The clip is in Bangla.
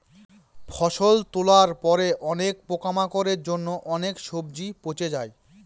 ফসল তোলার পরে অনেক পোকামাকড়ের জন্য অনেক সবজি পচে যায়